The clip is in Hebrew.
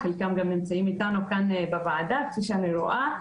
חלקם גם נמצאים איתנו כאן בוועדה כפי שאני רואה.